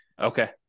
Okay